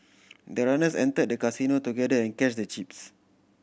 the runners entered the casino together and cashed the chips